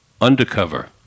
Undercover